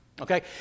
Okay